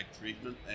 treatment